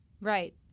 Right